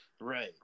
right